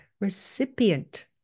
recipient